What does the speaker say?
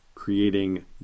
creating